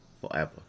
Forever